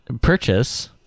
purchase